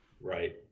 Right